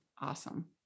Awesome